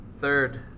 Third